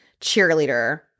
cheerleader